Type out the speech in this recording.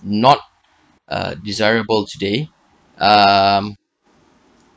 not uh desirable today um